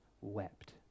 wept